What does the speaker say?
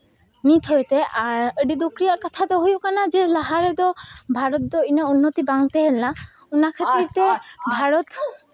ᱱᱤᱛ ᱦᱚᱭᱛᱮ ᱟᱹᱰᱤ ᱫᱩᱠ ᱨᱮᱭᱟᱜ ᱠᱟᱛᱷᱟ ᱫᱚ ᱦᱩᱭᱩᱜ ᱠᱟᱱᱟ ᱡᱮ ᱞᱟᱦᱟ ᱨᱮᱫᱚ ᱵᱷᱟᱨᱚᱛ ᱫᱚ ᱩᱱᱟᱹᱜ ᱩᱱᱱᱚᱛᱤ ᱫᱚ ᱵᱟᱝ ᱛᱟᱦᱮᱸ ᱞᱮᱱᱟ ᱚᱱᱟ ᱠᱷᱟᱹᱛᱤᱨ ᱛᱮ ᱵᱷᱟᱨᱚᱛ